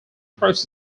process